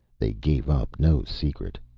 they gave up no secret.